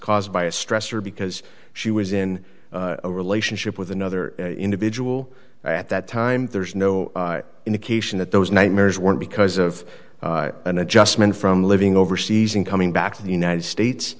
caused by a stress or because she was in a relationship with another individual at that time there's no indication that those nightmares were because of an adjustment from living overseas and coming back to the united states